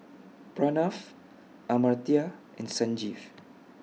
Pranav Amartya and Sanjeev